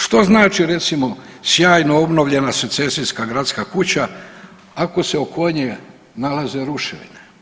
Što znači recimo, sjajno obnovljena secesijska gradska kuća ako se oko nje nalaze ruševine?